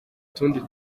utundi